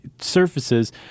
surfaces